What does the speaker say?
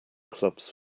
clubs